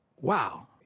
Wow